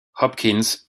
hopkins